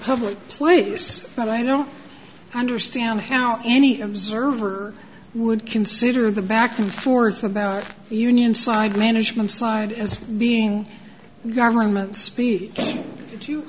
public place but i don't understand how any observer would consider the back and forth about union side management side as being government spe